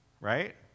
Right